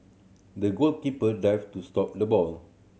the goalkeeper dived to stop the ball